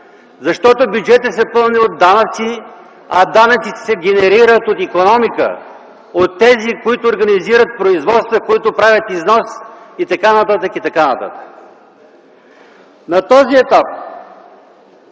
Защото бюджетът се пълни от данъци, а данъците се генерират от икономиката, от тези, които организират производства, които правят износ и т.н., и т.н. На този етап